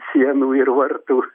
sienų ir vartų